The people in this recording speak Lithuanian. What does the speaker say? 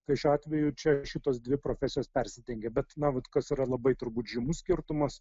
tai šiuo atveju čia šitos dvi profesijos persidengia bet na vat kas yra labai turbūt žymus skirtumas